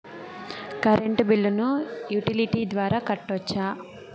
Current బిల్లును utility ద్వారా కట్టొచ్చా?